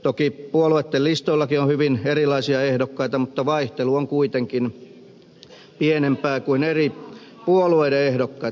toki puolueitten listoillakin on hyvin erilaisia ehdokkaita mutta vaihtelu on kuitenkin pienempää kuin eri puolueiden ehdokkaitten kesken